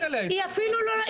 היא אפילו לא,